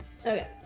Okay